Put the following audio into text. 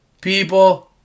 People